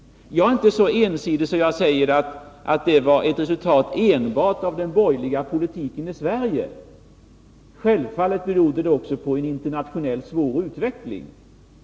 Jag är inte så ensidig att jag säger att det var ett resultat enbart av den borgerliga politiken i Sverige. Självfallet berodde det också på en internationellt sett svår utveckling.